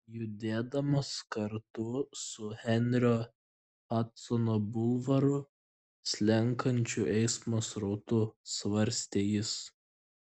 judėdamas kartu su henrio hadsono bulvaru slenkančiu eismo srautu svarstė jis